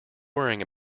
worrying